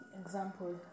example